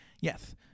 Yes